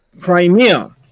Crimea